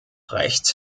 recht